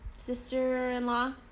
Sister-in-law